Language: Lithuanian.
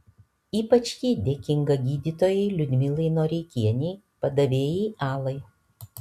ypač ji dėkinga gydytojai liudmilai noreikienei padavėjai alai